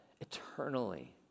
eternally